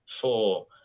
four